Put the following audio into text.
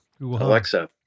Alexa